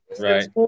Right